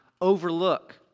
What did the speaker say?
overlook